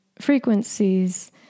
frequencies